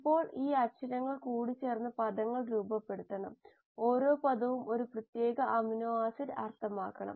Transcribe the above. ഇപ്പോൾ ഈ അക്ഷരങ്ങൾ കൂടിച്ചേർന്ന് പദങ്ങൾ രൂപപ്പെടുത്തണം ഓരോ പദവും ഒരു പ്രത്യേക അമിനോ ആസിഡ് അർത്ഥമാക്കണം